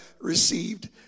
received